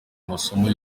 amasomo